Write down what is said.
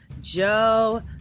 Joe